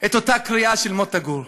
את אותה קריאה של מוטה גור?